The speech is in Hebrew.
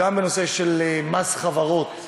הנושא של מס חברות,